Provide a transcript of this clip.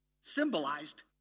symbolized